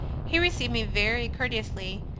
he received me very courteously,